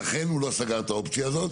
לכן הוא לא סגר את האופציה הזאת.